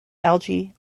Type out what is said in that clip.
algae